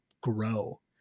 grow